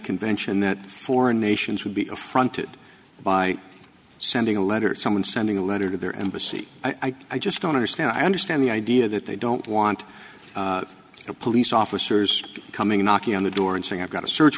convention that foreign nations would be affronted by sending a letter to someone sending a letter to their embassy i just don't understand i understand the idea that they don't want the police officers coming knocking on the door and saying i've got a search